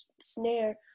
snare